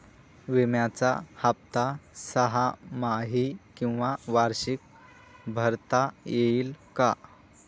विम्याचा हफ्ता सहामाही किंवा वार्षिक भरता येईल का?